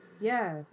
Yes